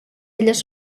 elles